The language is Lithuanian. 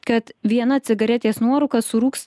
kad viena cigaretės nuorūka surūgs